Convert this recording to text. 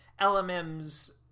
LMM's